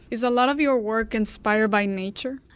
is a lot of your work inspired by nature?